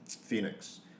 Phoenix